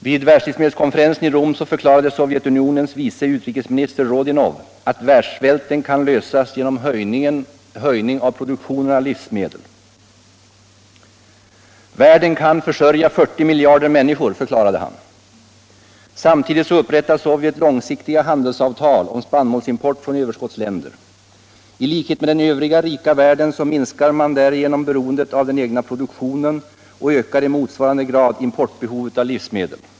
Vid världslivsmedelskonferensen i Rom förklarade Sovjetunionens vice utrikesminister Rodinov att problemet med världssvälten kan lösas genom höjning av produktionen av livsmedel. Världen kan försörja 40 miljarder människor, förklarade han. Samtidigt upprättar Sovjet långsiktiga handelsavtal om spannmålsimport från överskousländer. Hlikhet med den övriga rika världen minskar Sovjet därigenom beroendet av den egna produktionen och ökar i motsvarande grad importbehovet av livsmedel.